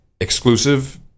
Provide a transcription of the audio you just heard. exclusive